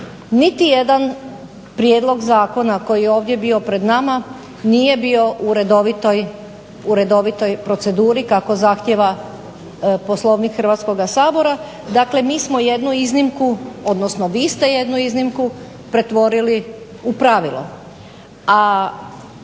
niti jedan prijedlog zakona koji je ovdje bio pred nama nije bio u redovitoj proceduri kako zahtijeva Poslovnik Hrvatskoga sabora. Dakle mi smo jednu iznimku odnosno vi ste jednu iznimku pretvorili u pravilo.